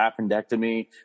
appendectomy